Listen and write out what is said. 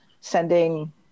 sending